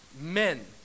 men